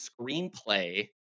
screenplay